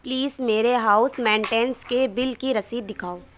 place میرے house maintenance کے bill کی رسید دکھاؤ